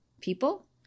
people